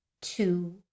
two